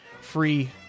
free